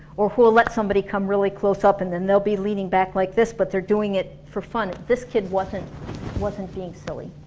or who will let somebody come really close up and then they'll be leaning back like this, but they're doing it for fun. this kid wasn't wasn't being silly